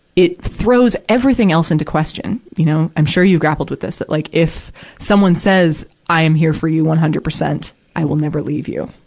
it throws everything else into question, you know. i'm sure you've grappled with this, that, like, if someone says i am here for you one hundred percent, i will never leave you,